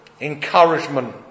encouragement